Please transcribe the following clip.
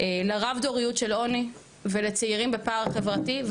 לרב דוריות של עוני ולצעירים בפער חברתי,